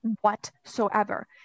whatsoever